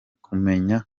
kumenya